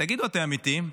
תגידו, אתם אמיתיים?